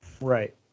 Right